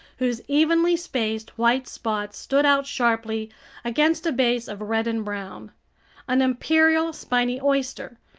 whose evenly spaced white spots stood out sharply against a base of red and brown an imperial spiny oyster,